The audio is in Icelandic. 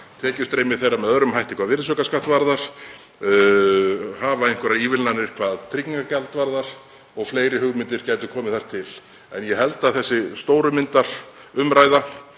tekjustreymi þeirra með öðrum hætti hvað virðisaukaskatt varðar, hafa einhverjar ívilnanir gagnvart tryggingagjaldi og fleiri hugmyndir gætu komið þar til. En ég held að þessi umræða